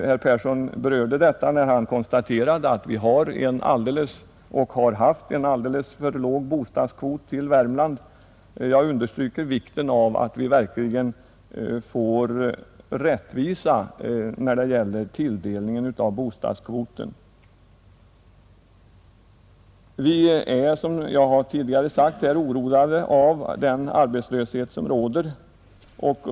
Herr Persson berörde denna när han konstaterade att vi har och har haft en alldeles för låg bostadskvot i Värmland, Jag understryker vikten av att vi verkligen får rättvisa när det gäller tilldelningen av bostadskvot. Vi är, som jag tidigare sagt, oroade av den arbetslöshet som råder.